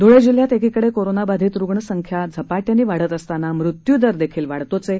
धुळे जिल्ह्यात एकीकडे कोरोनाबाधीत रुग्ण संख्या झपाट्याने वाढत असतांनाच मृत्यू दर देखील वाढतोच आहे